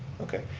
okay.